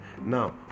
now